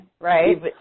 Right